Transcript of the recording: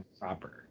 proper